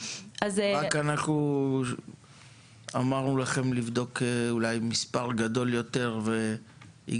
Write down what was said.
אמרנו לכם לבדוק אולי מספר גדול יותר של עמדות שירות,